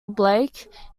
blake